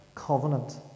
Covenant